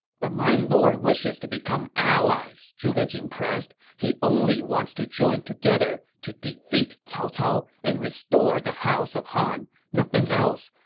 but my lord wishes to become allies, zhuge jin pressed. he only wants to join together to defeat cao cao and restore the house of han, nothing else.